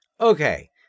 Okay